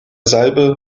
salbe